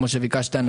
כמו שביקשת,